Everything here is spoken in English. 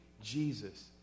Jesus